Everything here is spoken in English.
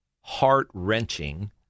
heart-wrenching